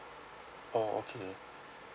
oh okay